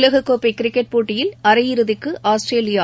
உலகக் கோப்பை கிரிக்கெட் போட்டியின் அரையிறுதிக்கு அஆஸ்திரேலியா